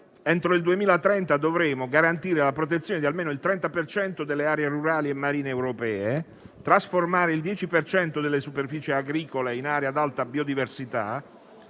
entro il 2030 dovremo garantire la protezione di almeno il 30 per cento delle aree rurali e marine europee; trasformare il 10 per cento delle superfici agricole in aree ad alta biodiversità;